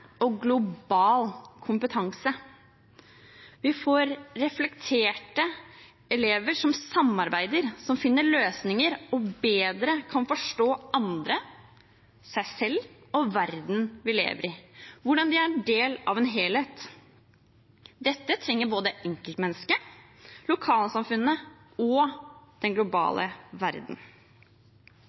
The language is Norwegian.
og global kompetanse. Vi får reflekterte elever som samarbeider, som finner løsninger og bedre kan forstå andre, seg selv og verden vi lever i – hvordan de er en del av en helhet. Dette trenger både enkeltmennesket, lokalsamfunnene og den globale verden.